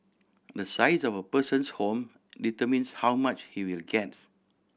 the size of a person's home determines how much he will get